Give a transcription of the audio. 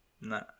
nah